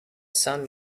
sun